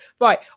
right